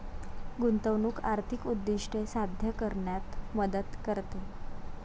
गुंतवणूक आर्थिक उद्दिष्टे साध्य करण्यात मदत करते